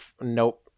nope